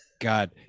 god